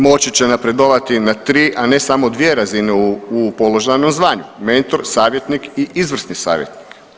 Moći će napredovati na tri, a ne samo dvije razine u položenom zvanju – mentor, savjetnik i izvrsni savjetnika.